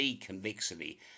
convexity